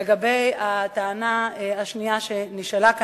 לגבי הטענה השנייה שנשמעה כאן,